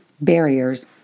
barriers